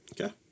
Okay